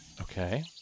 Okay